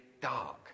Dark